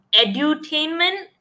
edutainment